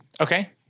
Okay